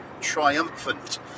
triumphant